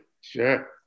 sure